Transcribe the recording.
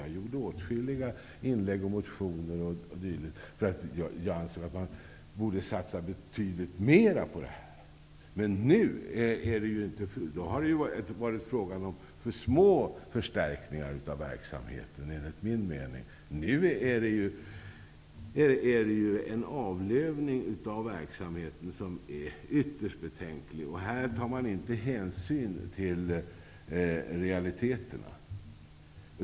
Jag gjorde åtskilliga inlägg, motioner o.d., för att jag ansåg att man borde satsa betydligt mera på brottsförebyggande verksamhet. Då var det fråga om förstärkningar som enligt min mening var för små. Nu är det ju en avlövning av verksamheten som är ytterst betänklig, och man tar inte hänsyn till realiteterna.